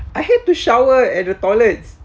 I hate to shower at the toilets